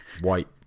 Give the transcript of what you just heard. white